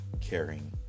caring